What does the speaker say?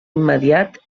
immediat